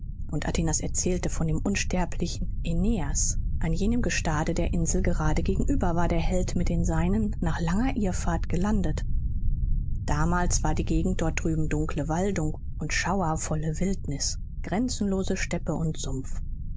und atinas erzählte von dem unsterblichen aeneas an jenem gestade der insel gerade gegenüber war der held mit den seinen nach langer irrfahrt gelandet damals war die gegend dort drüben dunkle waldung und schauervolle wildniß grenzenlose steppe und sumpf